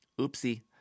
Oopsie